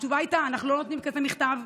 התשובה הייתה: אנחנו לא נותנים כזה מכתב.